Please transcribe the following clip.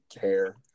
care